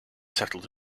settled